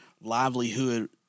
livelihood